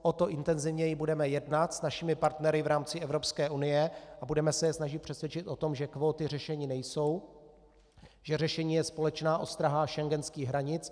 O to intenzivněji budeme jednat s našimi partnery v rámci Evropské unie a budeme se snažit je přesvědčit o tom, že kvóty řešení nejsou, že řešení je společná ostraha schengenských hranic.